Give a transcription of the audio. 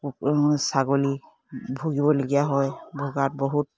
ছাগলী ভুগিবলগীয়া হয় ভোগাত বহুত